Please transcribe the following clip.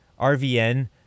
RVN